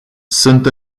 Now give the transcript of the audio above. sunt